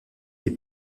des